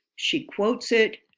she quotes it,